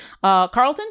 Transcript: Carlton